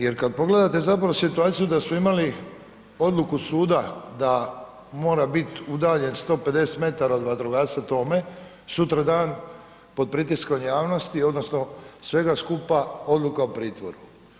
Jer kad pogledate zapravo situaciju da smo imali odluku suda da mora biti udaljen 150 metara od vatrogasca Tome sutra dan pod pritiskom javnosti, odnosno svega skupa odluka o pritvoru.